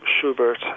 Schubert